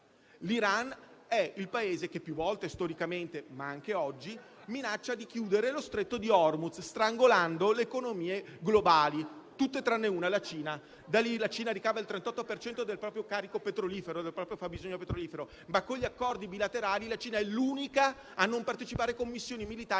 L'Iran, che è il Paese che più volte storicamente, ma anche oggi, minaccia di chiudere lo stretto di Hormuz, strangolando le economie globali, tutte tranne una: la Cina. Da lì la Cina ricava il 38 per cento del proprio fabbisogno petrolifero. Con gli accordi bilaterali però la Cina è l'unica a non partecipare con missioni militari